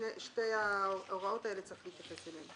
לשתי ההוראות האלה יש להתייחס.